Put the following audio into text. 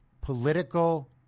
political